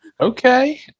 Okay